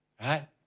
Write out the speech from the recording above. Right